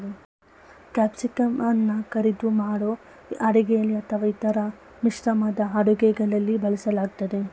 ಕ್ಯಾಪ್ಸಿಕಂಅನ್ನ ಕರಿದು ಮಾಡೋ ಅಡುಗೆಲಿ ಅಥವಾ ಇತರ ಮಿಶ್ರಣದ ಅಡುಗೆಗಳಲ್ಲಿ ಬಳಸಲಾಗ್ತದೆ